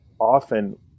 often